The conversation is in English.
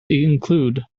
include